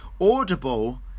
audible